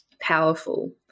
powerful